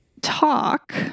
talk